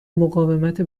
مقاومت